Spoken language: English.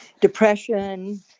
depression